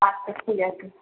আচ্ছা ঠিক আছে